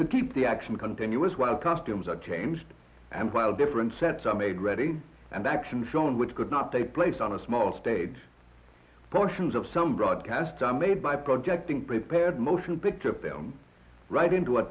to keep the action continuous while customs are changed and while different sets are made ready and action film which could not take place on a small stage portions of some broadcast are made by project in prepared motion picture of them right into a